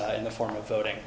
in the form of voting